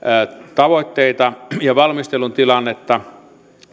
tavoitteita ja valmistelun tilannetta